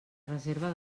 reserva